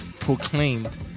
Proclaimed